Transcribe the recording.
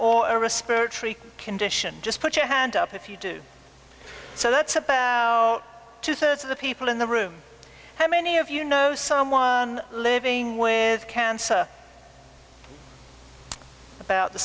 tree condition just put your hand up if you do so that's about two thirds of the people in the room how many of you know someone living with cancer about the